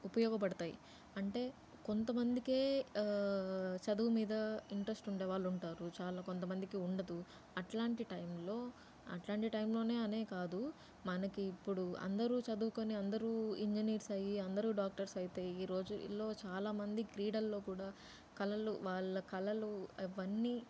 ఉపయోగపడతాయి అంటే కొంతమంది చదువు మీద ఇంట్రస్ట్ ఉండే వాళ్ళు ఉంటారు చాలా కొంతమందికి ఉండదు అట్లాంటి టైంలో అట్లాంటి టైంలో అనే కాదు మనకు ఇప్పుడు అందరు చదువుకుని అందరు ఇంజనీర్స్ అయ్యి అందరు డాక్టర్స్ అయితే ఈ రోజుల్లో చాలామంది క్రీడల్లో కూడా కళలు వాళ్ళ కళలు అవన్నీ